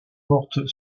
porte